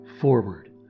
forward